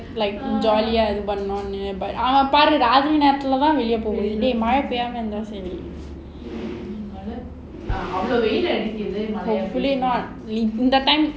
like ஜாலியா இருப்பாங்க:jollya irupanga but அவ்ளோ வெயில் அடிக்குது:avlo veyil adikkuthu hopefully not that time